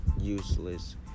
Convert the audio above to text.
useless